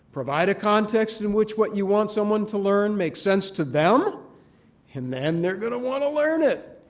provide a context in which what you want someone to learn makes sense to them and then they're going to want to learn it.